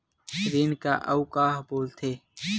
ऋण का अउ का बोल थे?